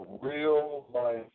real-life